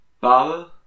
Baba